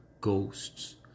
ghosts